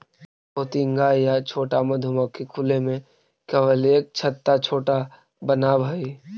पोतिंगा या छोटा मधुमक्खी खुले में केवल एक छत्ता छोटा बनावऽ हइ